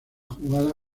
jugada